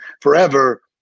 forever